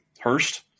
Hurst